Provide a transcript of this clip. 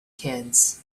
kids